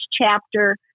chapter